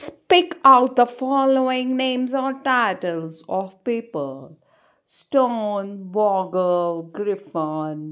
speak out the following names or titles of people Stone Vogel Griffin